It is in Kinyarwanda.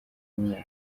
mwaka